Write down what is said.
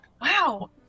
Wow